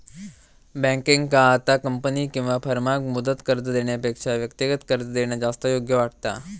बँकेंका आता कंपनी किंवा फर्माक मुदत कर्ज देण्यापेक्षा व्यक्तिगत कर्ज देणा जास्त योग्य वाटता